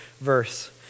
verse